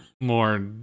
more